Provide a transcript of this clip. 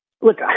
look